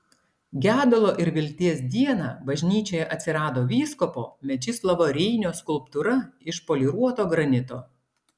gedulo ir vilties dieną bažnyčioje atsirado vyskupo mečislovo reinio skulptūra iš poliruoto granito